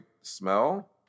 smell